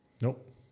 Nope